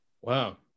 Wow